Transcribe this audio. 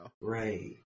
Right